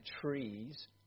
trees